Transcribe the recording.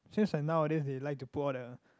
just like nowadays they like to put all the